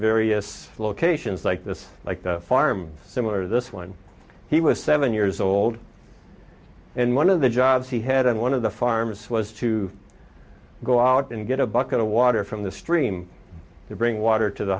various locations like this like the farm similar to this when he was seven years old and one of the jobs he had in one of the farms was to go out and get a bucket of water from the stream to bring water to the